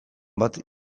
bat